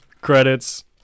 credits